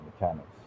mechanics